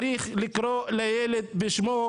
צריך לקרוא לילד בשמו,